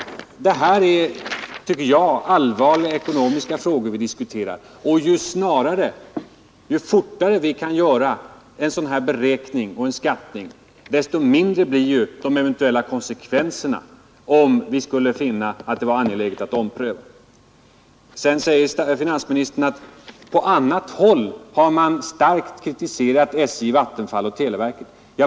Det här är, tycker jag, allvarliga ekonomiska frågor vi diskuterar, och ju fortare vi kan göra en sådan här beräkning desto mindre blir ju konsekvenserna, om vi skulle finna att det är angeläget att ompröva vissa verksutflyttningar. Vidare säger finansministern att på annat håll har man starkt kritiserat SJ, Vattenfall och televerket.